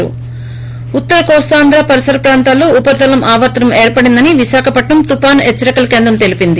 ి ఉత్తర కోస్తాంధ్ర పరిసర ప్రాంతాల్లో ఉపరితల ఆవర్తనం ఏర్పడిందని విశాఖపట్సం తుపాను హెచ్చరికల కేంద్రం తెలిపింది